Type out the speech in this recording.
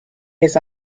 his